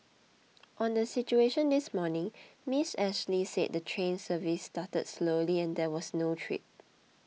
on the situation this morning Miss Ashley said the train service started slowly and there were no trips